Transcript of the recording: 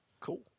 Cool